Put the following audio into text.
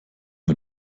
wir